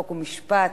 חוק ומשפט,